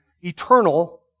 eternal